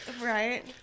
Right